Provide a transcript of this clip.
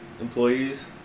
employees